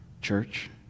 church